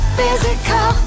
physical